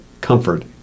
comfort